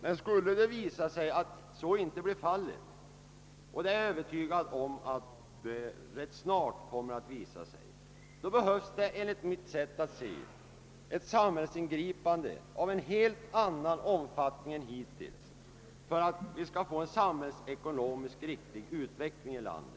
Men skulle det visa sig att så inte blir fallet — jag är övertygad om att vi kommer att få klarhet om detta ganska snart — behövs det enligt mitt sätt att se ett samhällsingripande av helt annan omfattning än hittills för att vi skall få en samhällsekonomiskt riktig utveckling i vårt land.